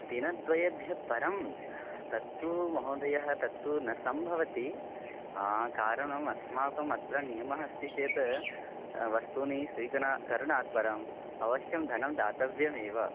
दिनद्वयेभ्यः परं तत्तु महोदयः तत्तु न सम्भवति कारणम् अस्माकम् अत्र नियमः अस्ति चेत् वस्तूनि स्वीक स्वीकरणात् परम् अवश्यं धनं दातव्यमेव